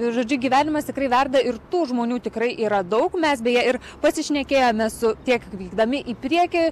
ir žodžiu gyvenimas tikrai verda ir tų žmonių tikrai yra daug mes beje ir pasišnekėjome su tiek vykdami į priekį